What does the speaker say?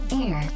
air